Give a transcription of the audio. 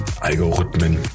Algorithmen